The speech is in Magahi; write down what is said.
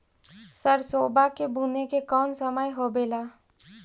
सरसोबा के बुने के कौन समय होबे ला?